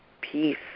peace